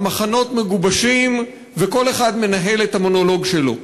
המחנות מגובשים, וכל אחד מנהל את המונולוג שלו.